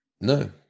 No